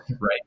right